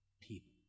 people